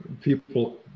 people